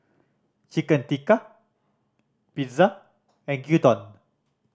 Chicken Tikka Pizza and Gyudon